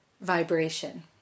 vibration